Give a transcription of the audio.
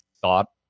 thought